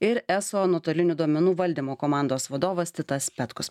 ir eso nuotolinių duomenų valdymo komandos vadovas titas petkus